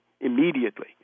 immediately